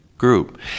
group